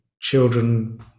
children